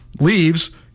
leaves